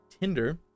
Tinder